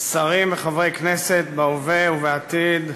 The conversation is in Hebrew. שרים וחברי כנסת בהווה ובעתיד,